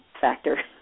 factor